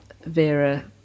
Vera